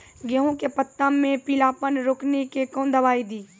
गेहूँ के पत्तों मे पीलापन रोकने के कौन दवाई दी?